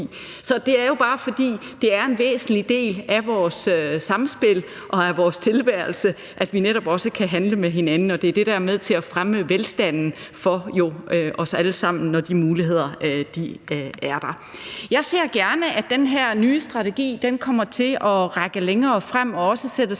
Så det er jo bare, fordi det er en væsentlig del af vores samspil og af vores tilværelse, at vi netop også kan handle med hinanden. Det, at de muligheder er der, er med til at fremme velstanden for os alle sammen. Jeg ser gerne, at den her nye strategi kommer til at række længere frem og også sætter